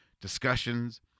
discussions